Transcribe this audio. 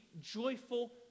joyful